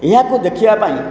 ଏହାକୁ ଦେଖିବା ପାଇଁ